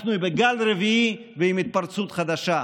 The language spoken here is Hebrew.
אנחנו בגל רביעי ועם התפרצות חדשה,